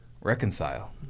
reconcile